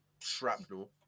shrapnel